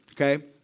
Okay